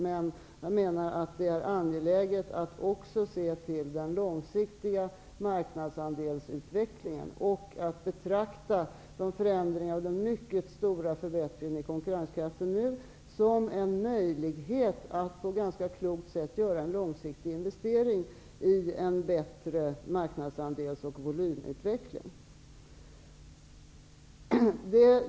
Men jag menar att det är angeläget att också se till den långsiktiga marknadsandelsutvecklingen och att betrakta de förändringar och den nu mycket förbättrade konkurrenskraften som en möjlighet att på ett ganska klokt sätt göra en långsiktig investering i en bättre marknadsandels och volymutveckling.